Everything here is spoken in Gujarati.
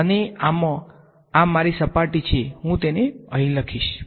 અને આમાં આ મારી સપાટી છે હું તેને અહીં લખીશ